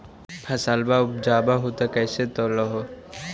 फसलबा उपजाऊ हू तो कैसे तौउलब हो?